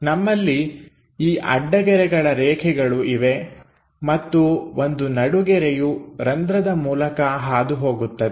ನಮ್ಮಲ್ಲಿ ಈ ಅಡ್ಡ ಗೆರೆಗಳ ರೇಖೆಗಳು ಇವೆ ಮತ್ತು ಒಂದು ನಡುಗೆರೆಯು ರಂಧ್ರದ ಮೂಲಕ ಹಾದು ಹೋಗುತ್ತದೆ